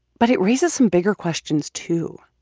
but it raises some bigger questions too.